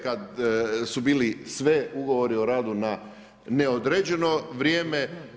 Kada su bili svi ugovori o radu na određeno vrijeme.